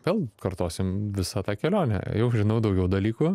vėl kartosim visą tą kelionę jau žinau daugiau dalykų